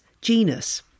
genus